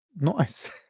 nice